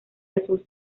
azul